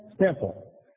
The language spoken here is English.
Simple